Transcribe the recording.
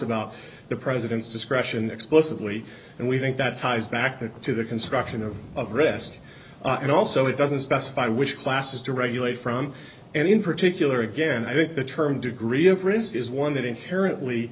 about the president's discretion explicitly and we think that ties back that to the construction of risk and also it doesn't specify which classes to regulate from and in particular again i think the term degree of risk is one that inher